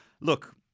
Look